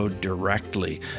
directly